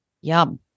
Yum